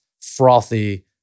frothy